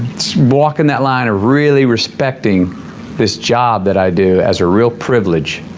walking that line of really respecting this job that i do as a real privilege